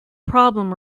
problem